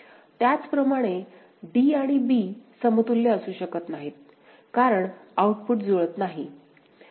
त्याचप्रमाणे d आणि b समतुल्य असू शकत नाहीत कारण आउटपुट जुळत नाहीत